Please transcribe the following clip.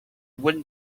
wooden